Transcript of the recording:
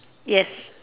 yes